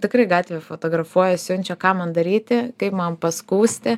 tikrai gatvėj fotografuoja siunčia ką man daryti kaip man paskųsti